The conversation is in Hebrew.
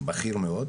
בכיר מאוד,